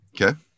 okay